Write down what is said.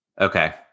Okay